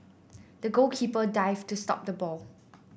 the goalkeeper dived to stop the ball